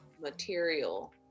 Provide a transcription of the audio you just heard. material